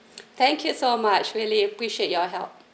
thank you so much really appreciate your help